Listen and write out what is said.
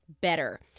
better